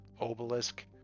obelisk